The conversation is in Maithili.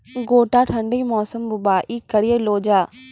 गोटा ठंडी मौसम बुवाई करऽ लो जा?